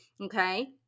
Okay